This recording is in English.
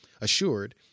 assured